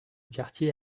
quartier